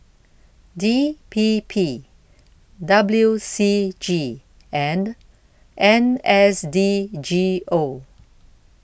D P P W C G and N S D G O